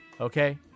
okay